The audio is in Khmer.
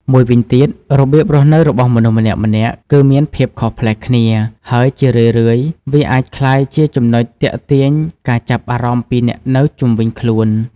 មួយវិញទៀតរបៀបរស់នៅរបស់មនុស្សម្នាក់ៗ គឺមានភាពខុសប្លែកគ្នា ហើយជារឿយៗវាអាចក្លាយជាចំណុចទាក់ទាញការចាប់អារម្មណ៍ពីអ្នកនៅជុំវិញខ្លួន។